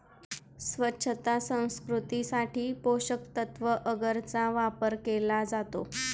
स्वच्छता संस्कृतीसाठी पोषकतत्त्व अगरचा वापर केला जातो